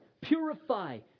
purify